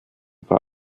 war